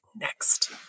next